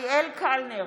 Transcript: אריאל קלנר,